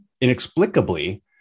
inexplicably